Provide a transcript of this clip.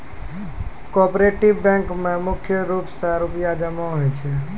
cooperative बैंको म मुख्य रूप से रूपया जमा होय छै